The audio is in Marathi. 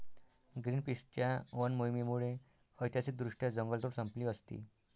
ग्रीनपीसच्या वन मोहिमेमुळे ऐतिहासिकदृष्ट्या जंगलतोड संपली असती